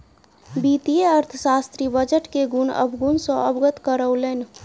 वित्तीय अर्थशास्त्री बजट के गुण अवगुण सॅ अवगत करौलैन